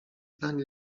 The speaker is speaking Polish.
zdań